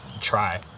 try